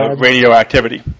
radioactivity